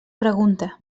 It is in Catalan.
pregunta